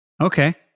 Okay